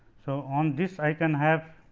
so, on this i can have